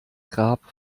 grab